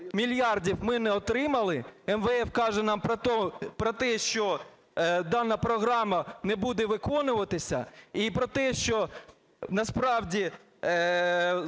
мільярдів ми не отримали. МВФ каже нам про те, що дана програма не буде виконуватися, і про те, що насправді